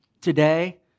Today